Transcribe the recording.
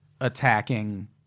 attacking